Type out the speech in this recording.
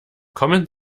kommen